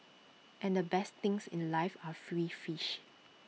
and the best things in life are free fish